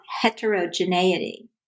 heterogeneity